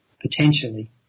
potentially